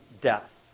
death